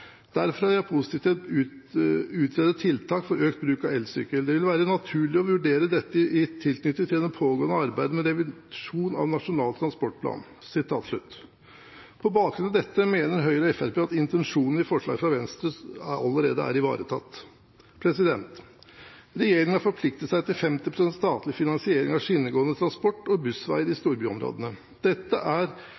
Derfor er jeg positiv til å utrede tiltak for økt bruk av elsykkel. Det vil være naturlig å vurdere dette i tilknytning til det pågående arbeidet med revisjon av Nasjonal transportplan.» På bakgrunn av dette mener Høyre og Fremskrittspartiet at intensjonen i forslaget fra Venstre allerede er ivaretatt. Regjeringen har forpliktet seg til 50 pst. statlig finansiering av skinnegående transport og bussveier i storbyområdene. Dette er